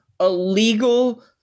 illegal